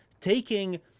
taking